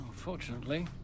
Unfortunately